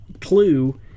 clue